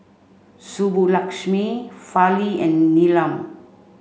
Subbulakshmi Fali and Neelam